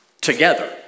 together